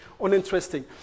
uninteresting